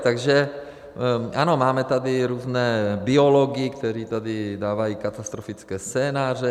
Takže ano, máme tady různé biology, kteří tady dávají katastrofické scénáře.